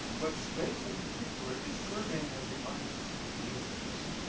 but space in particular is serving as the artist's muse.